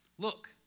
Look